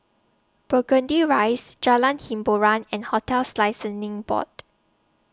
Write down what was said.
Burgundy Rise Jalan Hiboran and hotels Licensing Board